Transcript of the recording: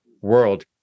world